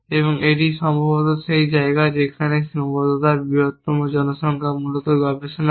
এবং এটি সম্ভবত সেই জায়গা যেখানে সীমাবদ্ধতার বৃহত্তম জনসংখ্যা মূলত গবেষণা করে